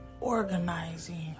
organizing